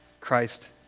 Christ